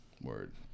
Word